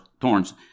thorns